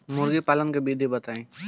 मुर्गीपालन के विधी बताई?